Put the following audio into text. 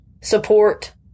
support